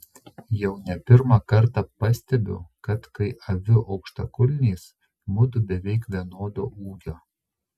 jau ne pirmą kartą pastebiu kad kai aviu aukštakulniais mudu beveik vienodo ūgio